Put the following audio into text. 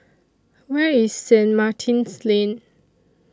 Where IS Saint Martin's Lane